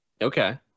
Okay